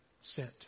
sent